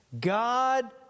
GOD